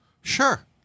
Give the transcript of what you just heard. Sure